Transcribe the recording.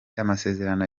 amasezerano